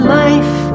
life